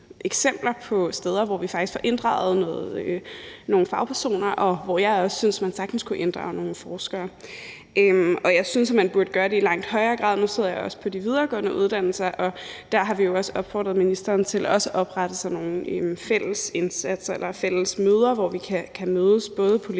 eksempler på steder, hvor vi faktisk får inddraget nogle fagpersoner, og hvor jeg også synes man sagtens kunne inddrage nogle forskere, og jeg synes, at man burde gøre det i langt højere grad. Nu sidder jeg også med de videregående uddannelser, og der har vi jo også opfordret ministeren til at oprette sådan nogle fælles indsatser eller fælles møder, hvor vi kan mødes, både politikere